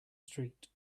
street